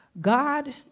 God